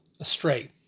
astray